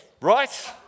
right